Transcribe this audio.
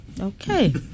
okay